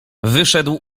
wyszedł